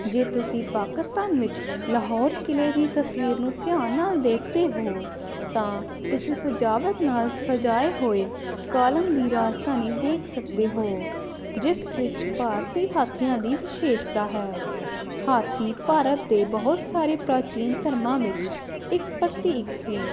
ਜੇ ਤੁਸੀਂ ਪਾਕਿਸਤਾਨ ਵਿੱਚ ਲਾਹੌਰ ਕਿਲੇ ਦੀ ਤਸਵੀਰ ਨੂੰ ਧਿਆਨ ਨਾਲ ਦੇਖਦੇ ਹੋ ਤਾਂ ਤੁਸੀਂ ਸਜਾਵਟ ਨਾਲ ਸਜਾਏ ਹੋਏ ਕਾਲਮ ਦੀ ਰਾਜਧਾਨੀ ਦੇਖ ਸਕਦੇ ਹੋ ਜਿਸ ਵਿੱਚ ਭਾਰਤੀ ਹਾਥੀਆਂ ਦੀ ਵਿਸ਼ੇਸ਼ਤਾ ਹੈ ਹਾਥੀ ਭਾਰਤ ਦੇ ਬਹੁਤ ਸਾਰੇ ਪ੍ਰਾਚੀਨ ਧਰਮਾਂ ਵਿੱਚ ਇੱਕ ਪ੍ਰਤੀਕ ਸੀ